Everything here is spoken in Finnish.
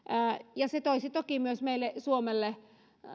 ja se toisi toki meille suomelle